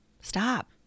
Stop